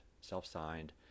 self-signed